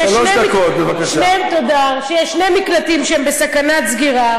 שיש שני מקלטים שהם בסכנת סגירה.